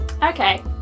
okay